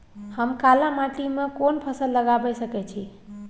हम काला माटी में कोन फसल लगाबै सकेत छी?